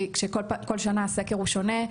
כי כל שנה הסקר הוא שונה.